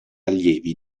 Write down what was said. allievi